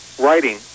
writing